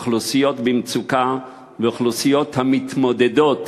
אוכלוסיות במצוקה ואוכלוסיות המתמודדות